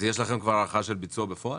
אז יש לכם כבר הערכה של ביצוע בפועל?